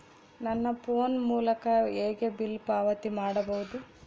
ನನ್ನ ಫೋನ್ ಮೂಲಕ ಹೇಗೆ ಬಿಲ್ ಪಾವತಿ ಮಾಡಬಹುದು?